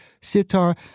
sitar